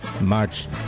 March